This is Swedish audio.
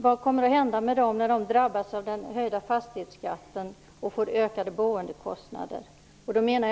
Vad kommer att hända med dem när de drabbas av den höjda fastighetsskatten och får ökade boendekostnader?